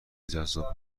جذاب